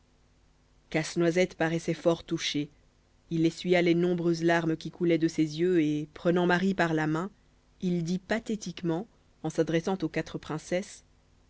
casse-noisette paraissait fort touché il essuya les nombreuses larmes qui coulaient de ses yeux et prenant marie par la main il dit pathétiquement en s'adressant aux quatre princesses